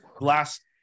last